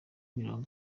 mirongo